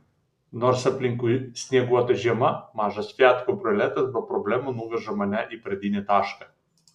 nors aplinkui snieguota žiema mažas fiat kabrioletas be problemų nuveža mane į pradinį tašką